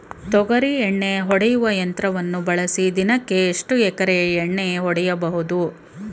ತೊಗರಿ ಎಣ್ಣೆ ಹೊಡೆಯುವ ಯಂತ್ರವನ್ನು ಬಳಸಿ ದಿನಕ್ಕೆ ಎಷ್ಟು ಎಕರೆ ಎಣ್ಣೆ ಹೊಡೆಯಬಹುದು?